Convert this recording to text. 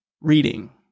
reading